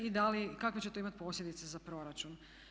I da li, kakve će to imati posljedice za proračun.